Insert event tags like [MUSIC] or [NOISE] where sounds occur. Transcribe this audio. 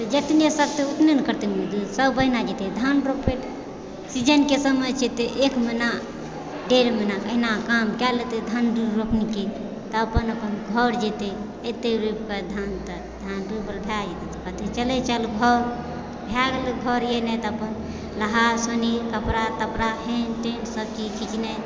तऽ जतने सकते उतने ने करतय मजदूर सब कोना जेतय धान रोपय लए सीजनके समय छियै तऽ एक महीना डेढ़ महीना अहिना काम कए लेतय धान रोपनीके तब अपन अपन घर जेतय एतय रोपिके धान तऽ धान [UNINTELLIGIBLE] भए जेतय अथी चलय चल घर भए गेलय घर एलय तऽ अपन नहा सुनी कपड़ा तपड़ा हेन तेन सब चीज खिचनाइ